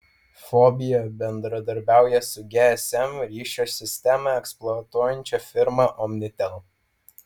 fobija bendradarbiauja su gsm ryšio sistemą eksploatuojančia firma omnitel